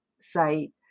site